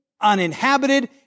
uninhabited